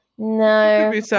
No